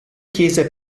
chiese